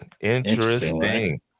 Interesting